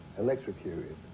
electrocuted